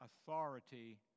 authority